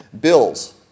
bills